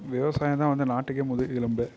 விவசாயோம்தான் வந்து நாட்டுக்கே முதுகு எலும்பு